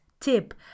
Tip